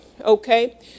okay